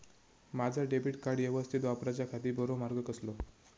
माजा debit card यवस्तीत वापराच्याखाती बरो मार्ग कसलो?